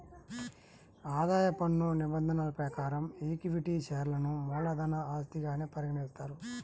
ఆదాయ పన్ను నిబంధనల ప్రకారం ఈక్విటీ షేర్లను మూలధన ఆస్తిగానే పరిగణిస్తారు